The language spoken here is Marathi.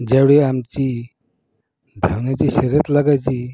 ज्यावेळी आमची धावण्याची शर्यत लागायची